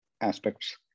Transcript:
aspects